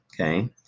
okay